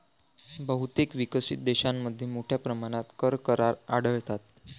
बहुतेक विकसित देशांमध्ये मोठ्या प्रमाणात कर करार आढळतात